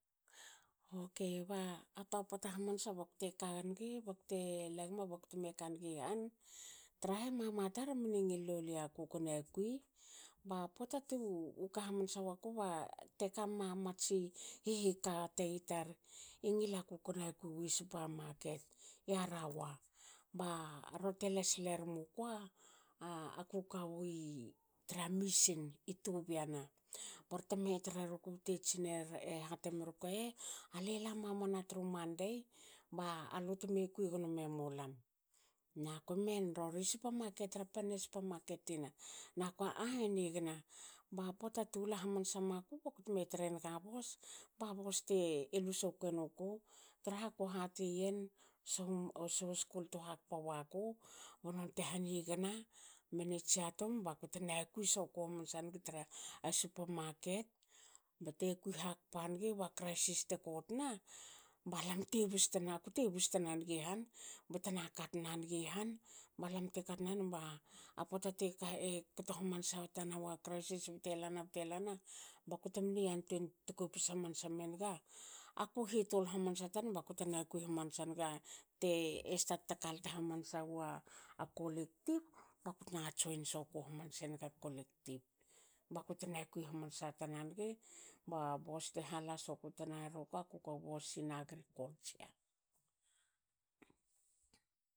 Okei ba toa pota hamansa bakte kanigi bakte lagme baktme kanigi han. trahe mam tar mne ngil lolia kuko nakui, ba pota to ka hamansa waku ba tekama matsi hihikate itar i ngila kuko na kuiwi supamaket i arawa. Ba rorte lasi ermukoa aku kawi tra mission i tubiana. borte me tre nuku bte tsinerii ehate meruku,"alue la mamani tru monday ba alu teme kui gnome mulam." Nakua "imen toa?" "I supamaket tra panna supamaket tina."Na kua "e nigna."Ba pota tu la hamansa maku baktme trenaga bos ba bos te lu sokue nuku traha ku hatiyen suhu suhu skul to hakpa waku banon te hanigana manager tum bakute na kui soku hamansa nigi tra a supamaket. bte kui hakpa nigi ba crisis te kotna balam te bus tna kute bus tna nigi han. betna katna nigi han balam te katna num ba pota teka e kto hamansa tana wa crisis bte lana bte lana. bakute mne yantuen tkopis hamansa menga aku hitul hamansa tan bakuetena kui hamansa nga te stat takalts hamansa wa kolektive. bakutna kui hamansa tna naga ba bos tehala sokui trea ruku aku ko busina agriculture.